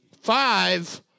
five